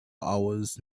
hours